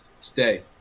Stay